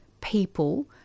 people